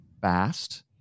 fast